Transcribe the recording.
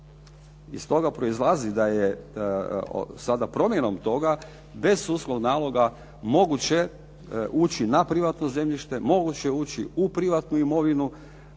I stoga proizlazi da je sada promjenom toga bez sudskog naloga moguće ući na privatno zemljište, moguće ući u privatnu imovinu.